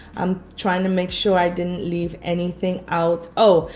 i'm trying to make sure i didn't leave anything out. oh!